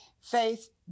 faith